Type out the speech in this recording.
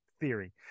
theory